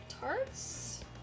tarts